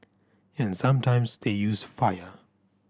and sometimes they use fire